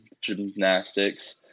gymnastics